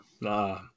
Nah